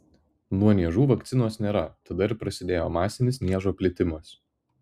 nuo niežų vakcinos nėra tada ir prasidėjo masinis niežo plitimas